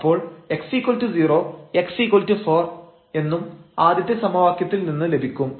അപ്പോൾ x0 x4 എന്നും ആദ്യത്തെ സമവാക്യത്തിൽ നിന്ന് ലഭിക്കും